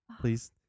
please